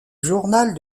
journal